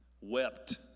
wept